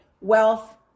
wealth